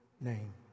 name